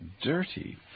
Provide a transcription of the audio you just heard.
dirty